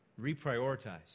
reprioritize